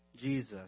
Jesus